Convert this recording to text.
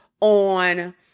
on